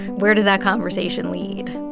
where does that conversation lead?